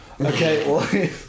Okay